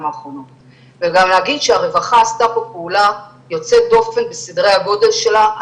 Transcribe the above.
האחרונות וגם להגיד שהרווחה עשתה פה פעולה יוצאת דופן בסדרי הגודל שלה.